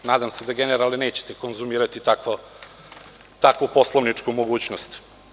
Nadam se, generale, nećete konzumirati takvu poslovničku mogućnost.